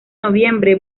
noviembre